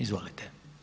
Izvolite.